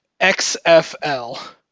XFL